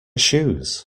shoes